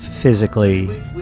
physically